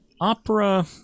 opera